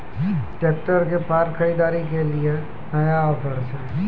Tractor के फार खरीदारी के लिए नया ऑफर छ?